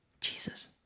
Jesus